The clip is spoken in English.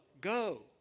go